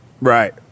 Right